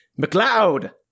McLeod